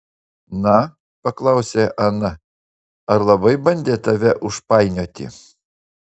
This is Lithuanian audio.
na paklausė ana ar labai bandė tave užpainioti